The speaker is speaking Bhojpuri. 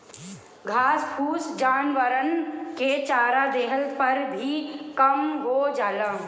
घास फूस जानवरन के चरा देहले पर भी कम हो जाला